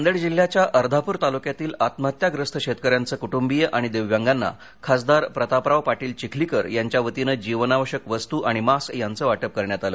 नांदेड जिल्ह्याच्या अर्धापूर तालुक्यातील आत्महत्याग्रस्त शेतकऱ्यांचे कुटुंबीय आणि दिव्यांगांना खासदार प्रतापराव पाटील चिखलीकर यांच्या वतीनं जीवनाश्यक वस्तू मास्क यांचं वाटप करण्यात आले